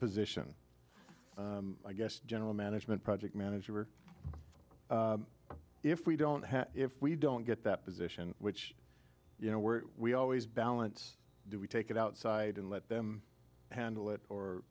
position i guess general management project manager if we don't if we don't get that position which you know we're we always balance do we take it outside and let them handle